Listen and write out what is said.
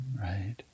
Right